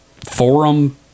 forum